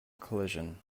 collision